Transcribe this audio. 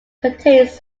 contains